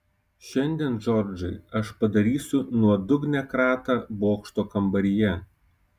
šiandien džordžai aš padarysiu nuodugnią kratą bokšto kambaryje